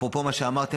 אפרופו מה שאמרתם,